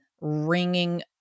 ringing